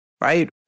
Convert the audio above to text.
right